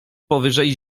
powyżej